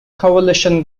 coalition